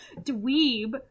dweeb